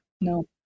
no